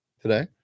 today